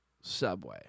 Subway